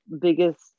biggest